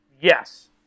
Yes